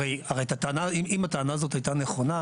הרי אם הטענה הזאת הייתה נכונה,